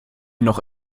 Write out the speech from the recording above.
noch